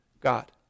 God